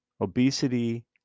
obesity